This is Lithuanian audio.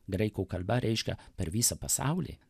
graikų kalba reiškia per visą pasaulį